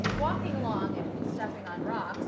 walking along and stepping on rocks